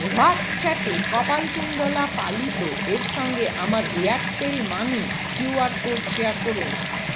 হোয়াটসঅ্যাপে কপালকুণ্ডলা পালিতের সঙ্গে আমার Airtel money QR code share করুন